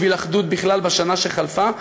בשביל אחדות בכלל בשנה שחלפה,